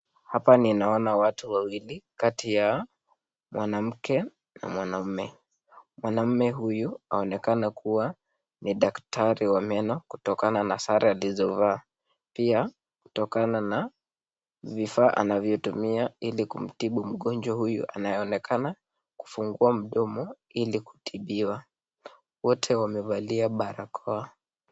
Hapa ninaona watu wawili, kati yao mwanamke na mwanaume , mwanaume huyu anaonekana kuwa ni daktari wa meno kutokana na sare alizovaa, pia kutokana na vifaa anvyotumia ili kutibu mgonjwa huyu anayeonekana kufungua mdomo ili kutibiwa. Wote wamevalia barakoa.